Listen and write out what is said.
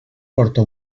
porta